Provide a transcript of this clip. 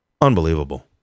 Unbelievable